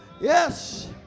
Yes